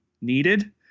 needed